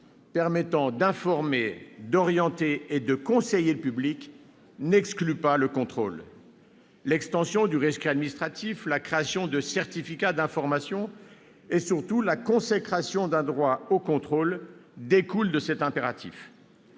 permettant d'informer, d'orienter et de conseiller le public n'exclut pas le contrôle. L'extension du rescrit administratif, la création de certificats d'information et surtout la consécration d'un droit au contrôle découlent de cet impératif.